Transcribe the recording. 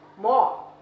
more